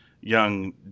young